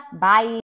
Bye